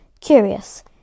Curious